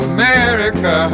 America